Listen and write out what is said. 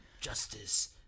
Justice